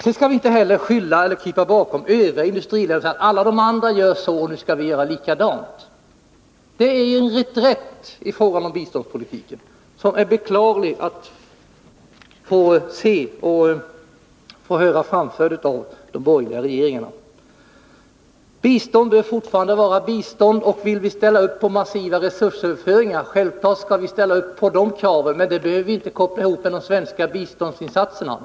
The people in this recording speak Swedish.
Sedan skall vi inte heller krypa bakom övriga i-länder och säga att alla de andra gör så, och då skall vi göra likadant. Det är en reträtt i fråga om biståndspolitiken som är beklaglig att få höra framförd av de borgerliga regeringarna. Bistånd bör fortfarande vara bistånd. Självklart skall vi ställa upp på krav om massiva resursöverföringar, men det behöver vi inte koppla ihop med de svenska biståndsinsatserna.